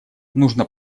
нужно